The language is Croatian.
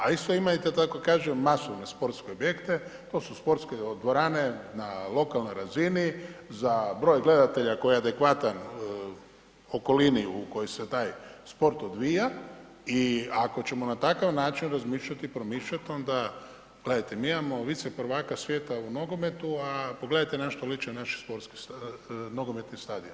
A isto ima, da tako kažem masovne sportske objekte, to su sportske dvorane na lokalnoj razini za broj gledatelja koji je adekvatan okolini u kojoj se taj sport odvija i ako ćemo na takav način razmišljati i promišljati onda, gledajte, mi imamo viceprvaka svijeta u nogometu, a pogledajte na što liče naši sportski, nogometni stadioni.